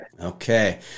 Okay